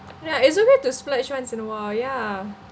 yeah it's okay to splurge once in a while ya